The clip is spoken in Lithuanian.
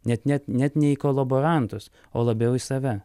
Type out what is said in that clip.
net net net ne į kolaborantus o labiau į save